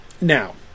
Now